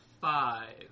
five